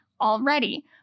already